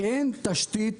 אין תשתית,